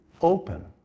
open